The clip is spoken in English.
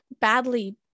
badly